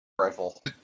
rifle